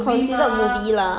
它没有它是